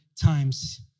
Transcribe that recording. times